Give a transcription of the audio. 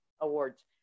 awards